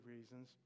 reasons